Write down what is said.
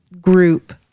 group